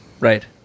Right